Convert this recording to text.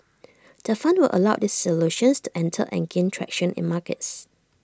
the fund will allow these solutions to enter and gain traction in markets